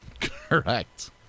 Correct